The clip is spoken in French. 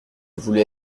voulais